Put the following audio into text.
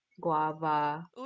guava